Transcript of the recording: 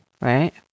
Right